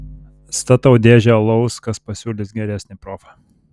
statau dėžę alaus kas pasiūlys geresnį profą